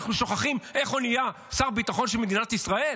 אנחנו שוכחים איך הוא נהיה שר הביטחון של מדינת ישראל?